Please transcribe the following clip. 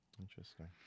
Interesting